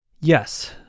Yes